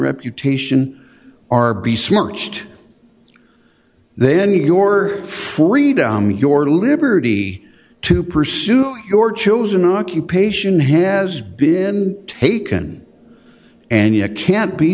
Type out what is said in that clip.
reputation are be smirched then your freedom your liberty to pursue your chosen occupation has been taken and you can't be